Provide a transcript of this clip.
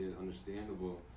understandable